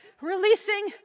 releasing